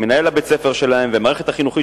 אם מנהל בית-הספר שלהם והמערכת החינוכית